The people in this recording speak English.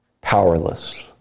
powerless